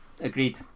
Agreed